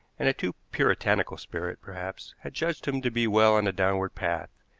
and a too puritanical spirit, perhaps, had judged him to be well on the downward path,